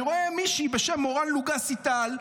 אני רואה מישהי בשם מורן לוגסי טל,